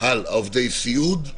על עובדי הסיעוד.